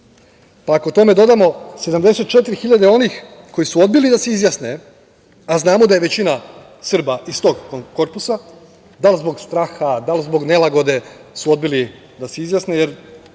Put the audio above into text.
tome dodamo 74 hiljade, onih koji su odbili da se izjasne, a znamo da je većina Srba iz tog korpusa, da li zbog straha, da li zbog nelagode, su odbili da se izjasne,